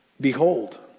Behold